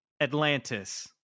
atlantis